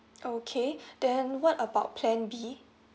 okay then what about plan B